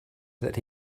that